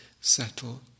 settle